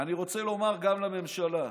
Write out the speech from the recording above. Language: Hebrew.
אני רוצה לומר, גם לממשלה,